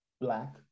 Black